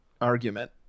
argument